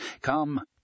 Come